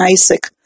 Isaac